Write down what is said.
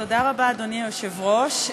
אדוני היושב-ראש,